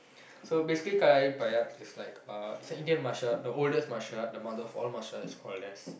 so basically Kalarippayattu is like uh is a Indian martial art the oldest martial art the mother of all martial arts or less